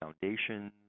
foundations